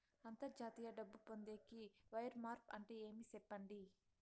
అంతర్జాతీయ డబ్బు పొందేకి, వైర్ మార్పు అంటే ఏమి? సెప్పండి?